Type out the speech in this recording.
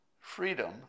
freedom